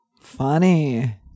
Funny